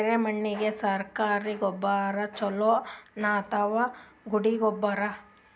ಎರೆಮಣ್ ಗೆ ಸರ್ಕಾರಿ ಗೊಬ್ಬರ ಛೂಲೊ ನಾ ಅಥವಾ ಗುಂಡಿ ಗೊಬ್ಬರ?